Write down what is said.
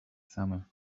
summer